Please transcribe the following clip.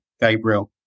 Gabriel